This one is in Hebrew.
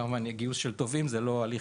כמובן, גיוס של תובעים והטמעה